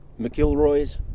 McIlroy's